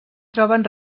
troben